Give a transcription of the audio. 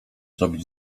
zrobić